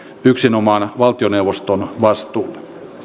yksinomaan valtioneuvoston vastuulle